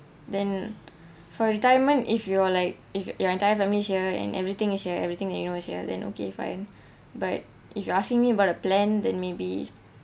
then for retirement if you are like if you are entire family is here and everything is here everything that you know is here then okay fine but if you asking me about a plan then maybe